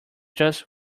just